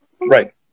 Right